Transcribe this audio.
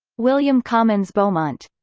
william comyns beaumont